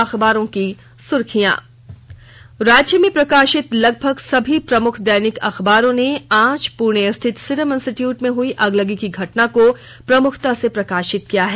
अखबारों की सुर्खियां राज्य में प्रकाशित लगभग सभी प्रमुख दैनिक अखबारों ने आज पुणे स्थित सीरम इंस्टीट्यूट में हुई आगलगी की घटना को प्रमुखता से प्रकाशित किया है